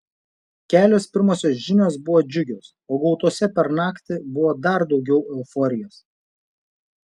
kelios pirmosios žinios buvo džiugios o gautose per naktį buvo dar daugiau euforijos